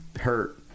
hurt